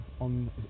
on